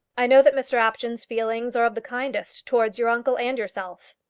i know that mr apjohn's feelings are of the kindest towards your uncle and yourself.